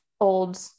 old